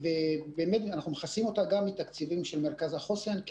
ואנחנו מכסים את זה גם מתקציבים של מרכז החוסן,